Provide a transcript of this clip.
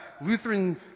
Lutheran